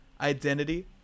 identity